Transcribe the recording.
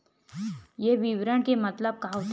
ये विवरण के मतलब का होथे?